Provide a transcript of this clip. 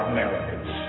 Americans